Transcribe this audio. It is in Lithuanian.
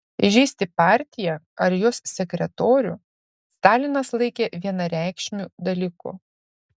įžeisti partiją ar jos sekretorių stalinas laikė vienareikšmiu dalyku